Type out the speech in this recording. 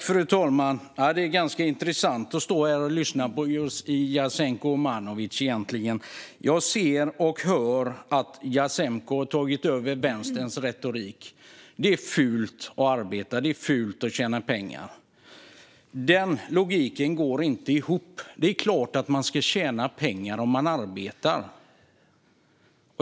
Fru talman! Det är ganska intressant att stå här och lyssna på Jasenko Omanovic. Jag ser och hör att Jasenko har tagit över vänsterns retorik: Det är fult att arbeta och fult att tjäna pengar. Den logiken går inte ihop. Det är klart att man ska tjäna pengar om man arbetar.